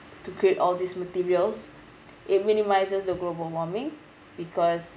to create all these materials it minimises the global warming because